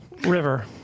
River